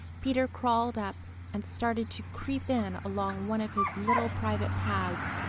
peter crawled up and started to creep in along one of his little private paths.